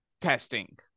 testing